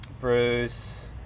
Bruce